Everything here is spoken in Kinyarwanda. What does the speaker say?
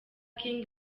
king